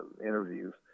interviews